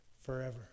forever